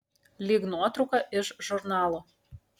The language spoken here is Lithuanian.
lyg nuotrauka iš žurnalo